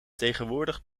tegenwoordig